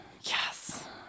yes